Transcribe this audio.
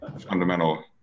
fundamental